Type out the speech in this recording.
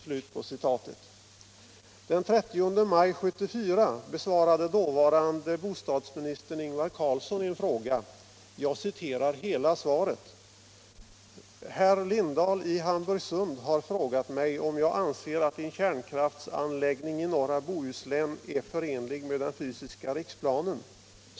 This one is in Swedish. Den 30 maj 1974 besvarade dåvarande bostadsministern Ingvar Carlsson en fråga. Jag citerar hela svaret: ”Herr talman! Herr Lindahl i Hamburgsund har frågat mig om jag anser att en kärnkraftsanläggning i norra Bohuslän är förenlig med den fysiska riksplanen.